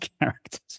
characters